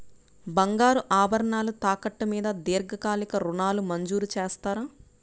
బంగారు ఆభరణాలు తాకట్టు మీద దీర్ఘకాలిక ఋణాలు మంజూరు చేస్తారా?